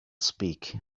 speak